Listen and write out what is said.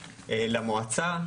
למועצה,